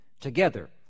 together